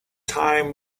time